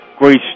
great